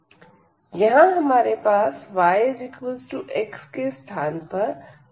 यहां हमारे पास yx के स्थान पर yx2 है